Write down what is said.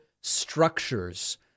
structures